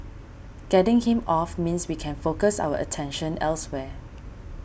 getting him off means we can focus our attention elsewhere